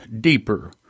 deeper